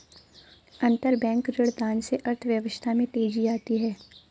अंतरबैंक ऋणदान से अर्थव्यवस्था में तेजी आती है